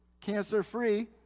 cancer-free